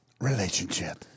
Relationship